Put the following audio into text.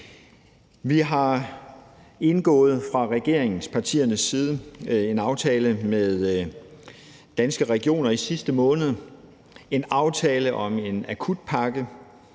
vi indgået en aftale med Danske Regioner i sidste måned, en aftale om en akutpakke,